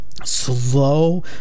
slow